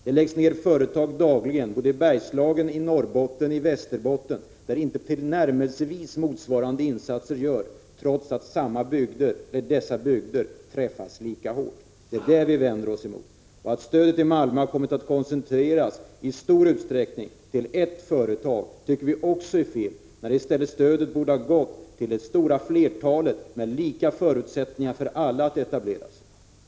Det läggs dagligen ned företag både i Bergslagen, i Norrbotten och i Västerbotten utan att tillnärmelsevis motsvarande insatser görs, trots att dessa bygder träffas lika hårt. Det är det som vi vänder oss emot. Prot. 1985/86:155 Att stödet till Malmö i stor utsträckning har kommit att koncentreras till ett 29 maj 1986 företag tycker vi också är fel. Stödet borde i stället ha gått till det stora flertalet företag, med lika förutsättningar för alla att etablera sig.